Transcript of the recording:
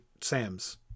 Sam's